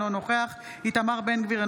אינו נוכח איתמר בן גביר,